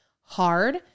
hard